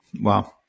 Wow